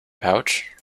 pouch